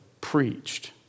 preached